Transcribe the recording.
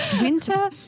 winter